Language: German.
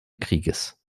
krieges